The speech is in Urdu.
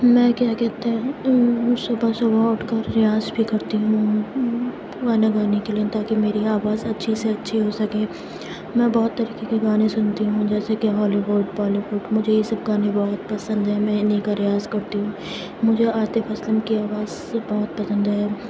میں کیا کہتے ہیں صبح صبح اٹھ کر ریاض بھی کرتی ہوں گانا گانے کے لیے تاکہ میری آواز اچھی سے اچھی ہو سکے میں بہت طریقے کے گانے سنتی ہوں جیسے کہ ہالی ووڈ بالی ووڈ مجھے یہ سب گانے بہت پسند ہیں میں انہیں کا ریاض کرتی ہوں مجھے عاطف اسلم کی آواز بہت پسند ہے